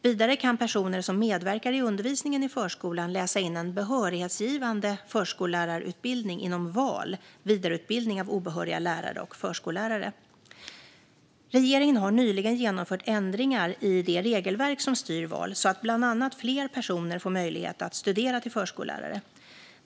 Vidare kan personer som medverkar i undervisningen i förskolan läsa in en behörighetsgivande förskollärarutbildning inom VAL, vidareutbildning av obehöriga lärare och förskollärare. Regeringen har nyligen genomfört ändringar i det regelverk som styr VAL så att bland annat fler personer får möjlighet att studera till förskollärare.